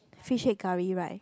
fish head curry right